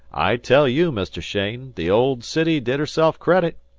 i tell you, mr. cheyne, the old city did herself credit.